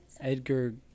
Edgar